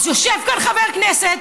אז יושב כאן חבר כנסת,